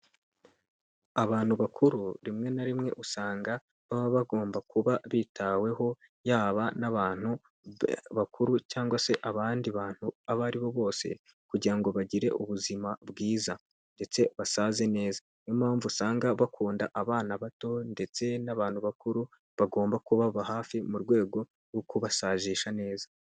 Abantu bakuru rimwe na rimwe usanga baba bagomba kuba bitaweho, yaba n'abantu bakuru cyangwa se abandi bantu abo aribo bose, kugira ngo bagire ubuzima bwiza, ndetse basaze neza, niyo mpamvu usanga bakunda abana bato ndetse n'abantu bakuru, bagomba kubaba hafi mu rwego rwo kubasajisha neza.